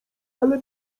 ale